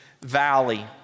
valley